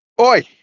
Oi